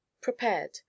prepared